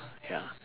ya